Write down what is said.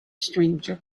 stranger